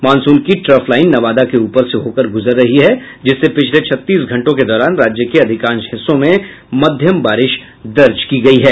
monsoon की trough line Nawada के ऊपर से होकर गुजर रही है जिससे पिछले छत्तीस घंटों के दौरान राज्य के अधिकांश हिस्सों में मध्यम बारिश दर्ज की गयी है